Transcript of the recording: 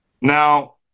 now